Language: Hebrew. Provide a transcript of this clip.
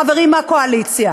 החברים מהקואליציה,